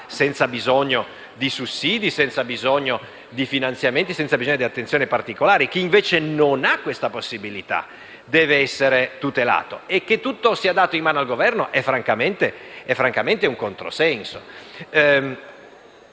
senza bisogno di sussidi, senza bisogno di finanziamenti e senza bisogno di attenzioni particolari. Chi, invece, non ha questa possibilità deve essere tutelato. E che tutto sia dato in mano al Governo, francamente, è un controsenso.